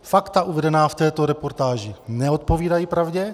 Fakta uvedená v této reportáži neodpovídají pravdě.